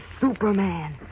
Superman